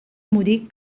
morir